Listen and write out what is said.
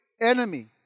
enemy